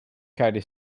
caddy